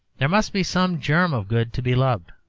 there must be some germ of good to be loved,